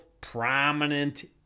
prominent